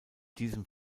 diesem